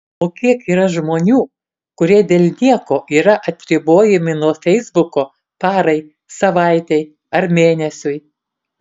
o kiek yra žmonių kurie dėl nieko yra atribojami nuo feisbuko parai savaitei ar mėnesiui